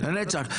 לנצח.